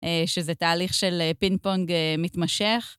שזה תהליך של פינפונג מתמשך.